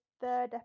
third